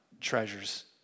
treasures